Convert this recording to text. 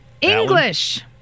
English